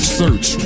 search